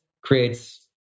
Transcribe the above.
creates